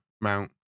Mount